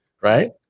right